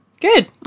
good